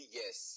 yes